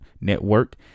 network